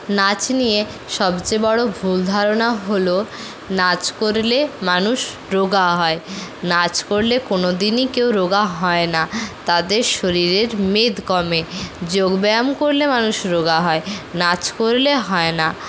নাচ নিয়ে সবচেয়ে বড়ো ভুল ধারণা হল নাচ করলে মানুষ রোগা হয় নাচ করলে কোনোদিনই কেউ রোগা হয় না তাদের শরীরের মেদ কমে যোগব্যায়াম করলে মানুষ রোগা হয় নাচ করলে হয় না